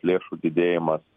lėšų didėjimas